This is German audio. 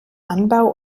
anbau